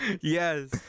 yes